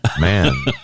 Man